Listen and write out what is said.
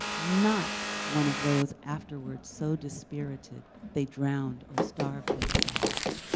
not one of those afterwards so dispirited they drowned or starved themselves,